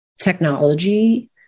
technology